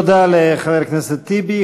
תודה לחבר הכנסת טיבי.